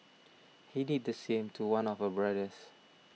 he did the same to one of her brothers